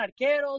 arqueros